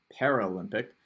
Paralympic